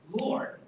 lord